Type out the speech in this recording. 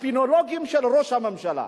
מהספינולוגים של ראש הממשלה,